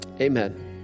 amen